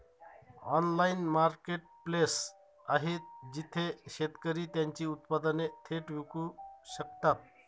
Online marketplace आहे जिथे शेतकरी त्यांची उत्पादने थेट विकू शकतात?